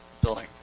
building